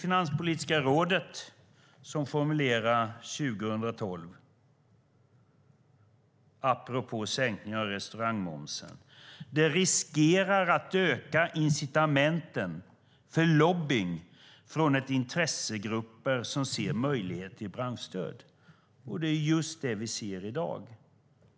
Finanspolitiska rådet formulerade 2012, apropå sänkningen av restaurangmomsen, att "det riskerar att öka incitamenten för lobbying från intressegrupper som ser möjlighet till branschstöd". Det är just det vi ser i dag.